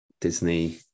Disney